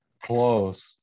close